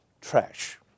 trash